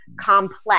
complex